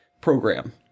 program